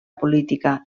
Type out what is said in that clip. política